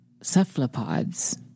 cephalopods